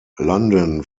london